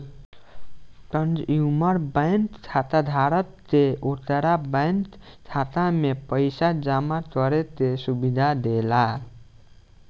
consumer bank खाताधारक के ओकरा बैंक खाता में पइसा जामा करे के सुविधा देला